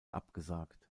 abgesagt